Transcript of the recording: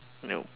no